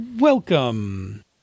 Welcome